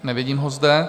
Nevidím ho zde.